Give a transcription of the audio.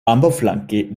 ambaŭflanke